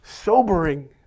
sobering